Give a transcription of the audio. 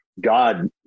God